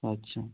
अच्छा